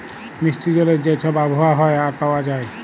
মিষ্টি জলের যে ছব আবহাওয়া হ্যয় আর পাউয়া যায়